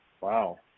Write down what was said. Wow